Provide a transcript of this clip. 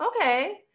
okay